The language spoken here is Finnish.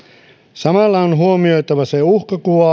samalla on huomioitava se uhkakuva